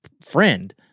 friend